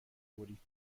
برید